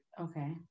Okay